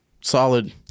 Solid